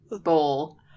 Bowl